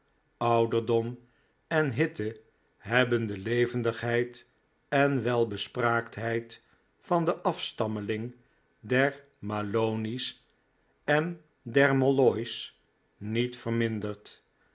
ouderdom en hitte hebben de levendigheid en welbespraaktheid van de afstammeling der malony's en der molloy's niet verminderd